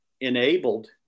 enabled